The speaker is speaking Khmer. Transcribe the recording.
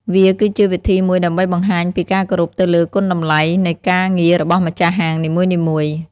វាគឺជាវិធីមួយដើម្បីបង្ហាញពីការគោរពទៅលើគុណតម្លៃនៃការងាររបស់ម្ចាស់ហាងនីមួយៗ។